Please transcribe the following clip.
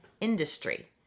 industry